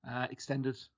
extended